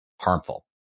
harmful